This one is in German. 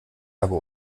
habe